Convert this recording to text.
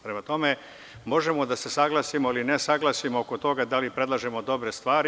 Prema tome, možemo da se saglasimo ili ne saglasimo oko toga da li predlažemo dobre stvari.